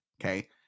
Okay